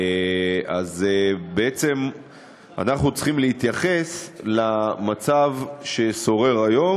אז בעצם אנחנו צריכים להתייחס למצב ששורר היום